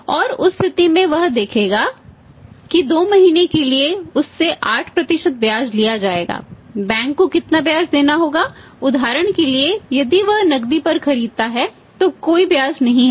और उस स्थिति में वह देखेगा कि 2 महीने के लिए उस से 8 ब्याज लिया जाएगा बैंक को कितना ब्याज देना होगा उदाहरण के लिए यदि वह नकदी पर खरीदता है तो कोई ब्याज नहीं है